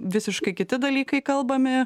visiškai kiti dalykai kalbami